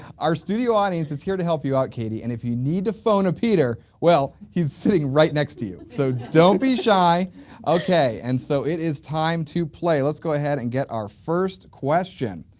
our studio audience is here to help you out katie and if you need a phone a peter, well he's sitting right next to you so don't be shy okay. and so, it is time to play let's go ahead and get our first question,